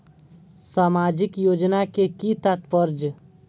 सामाजिक योजना के कि तात्पर्य?